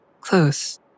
close